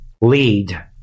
lead